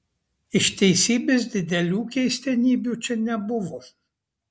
iš teisybės didelių keistenybių čia nebuvo